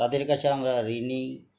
তাদের কাছে আমরা ঋণী